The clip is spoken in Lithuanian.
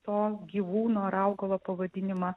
to gyvūno ar augalo pavadinimą